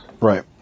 right